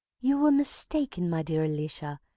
you were mistaken, my dear alicia,